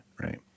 right